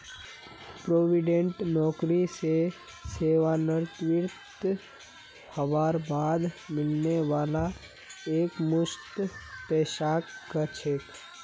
provident fund नौकरी स सेवानृवित हबार बाद मिलने वाला एकमुश्त पैसाक कह छेक